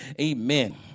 Amen